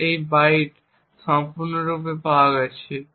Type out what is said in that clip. কারণ এটি 6 তাই এই বাইট সম্পূর্ণরূপে পাওয়া গেছে